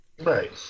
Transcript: Right